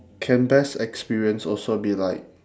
can best experience also be like